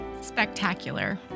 Spectacular